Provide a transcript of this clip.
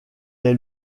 est